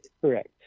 Correct